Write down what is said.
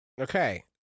Okay